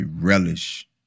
relish